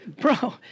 Bro